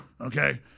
okay